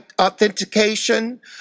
authentication